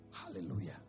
Hallelujah